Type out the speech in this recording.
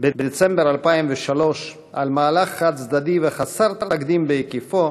בדצמבר 2003 על מהלך חד-צדדי וחסר תקדים בהיקפו,